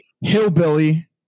hillbilly